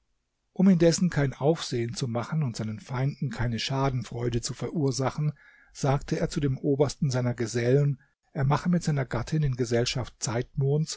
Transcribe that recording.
um indessen kein aufsehen zu machen und seinen feinden keine schadenfreude zu verursachen sagte er zu dem obersten seiner gesellen er mache mit seiner gattin in gesellschaft